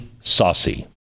Saucy